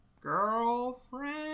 girlfriend